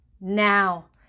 Now